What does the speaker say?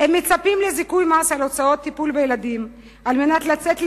הם מצפים לזיכוי במס על הוצאות טיפול בילדים כדי לצאת לעבוד,